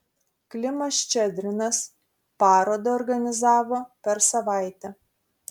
klimas ščedrinas parodą organizavo per savaitę